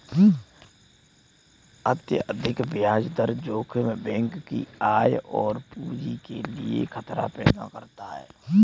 अत्यधिक ब्याज दर जोखिम बैंक की आय और पूंजी के लिए खतरा पैदा करता है